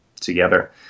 together